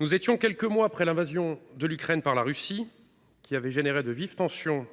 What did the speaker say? Nous étions quelques mois après l’invasion de l’Ukraine par la Russie, qui avait engendré de vives tensions